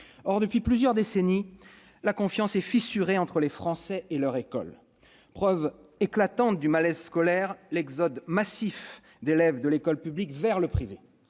Or, depuis plusieurs décennies, la confiance entre les Français et leur école est fissurée. Preuve éclatante du malaise scolaire : l'exode massif d'élèves de l'école publique vers le privé.